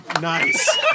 Nice